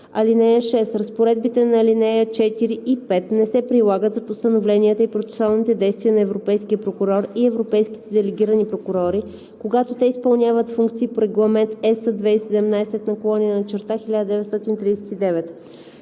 ал. 6: „(6) Разпоредбите на ал. 4 и 5 не се прилагат за постановленията и процесуалните действия на европейския прокурор и европейските делегирани прокурори, когато те изпълняват функции по Регламент (ЕС) 2017/1939.“